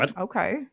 Okay